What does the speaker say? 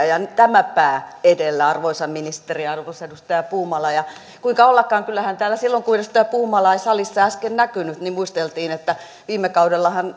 ja tämä pää edellä arvoisa ministeri ja arvoisa edustaja puumala ja kuinka ollakaan kyllähän täällä silloin kun edustaja puumalaa ei äsken salissa näkynyt muisteltiin että viime kaudellahan